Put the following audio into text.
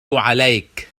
عليك